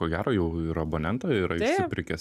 ko gero jau ir abonentą yra išsipirkęs